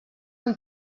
amb